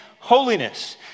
holiness